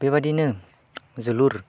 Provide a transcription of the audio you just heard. बेबादिनो जोलुर